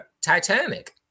Titanic